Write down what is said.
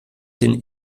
den